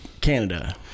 Canada